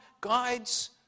guides